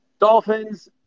dolphins